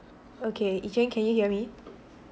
okay ee cheng can you hear me